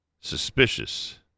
suspicious